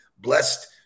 Blessed